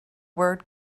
word